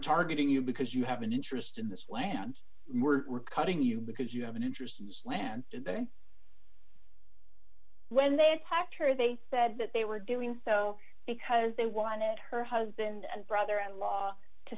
targeting you because you have an interest in this land we're cutting you because you have an interest in this land they when they attacked her they said that they were doing so because they wanted her husband and brother in law to